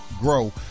grow